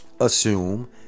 assume